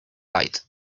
bite